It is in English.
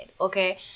Okay